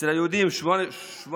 אצל היהודים ל-8.5%